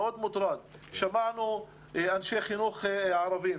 שמענו אנשי חינוך ערבים,